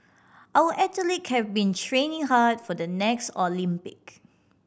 our athlete have been training hard for the next Olympic